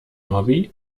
hobby